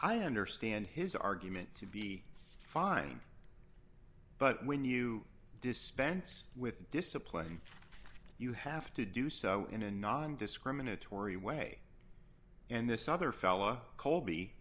i understand his argument to be fine but when you dispense with discipline you have to do so in a nondiscriminatory way and this other fella colby